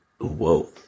Whoa